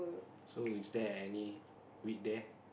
so is there any wheat there